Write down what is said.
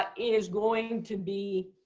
ah is going to be